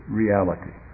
reality